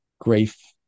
Grief